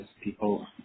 people